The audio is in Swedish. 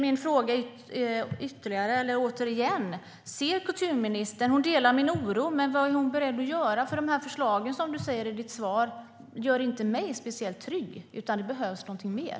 Min fråga blir återigen: Idrottsministern delar min oro, men vad är hon beredd att göra? Förslagen i svaret gör mig inte speciellt trygg. Det behövs något mer.